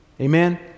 Amen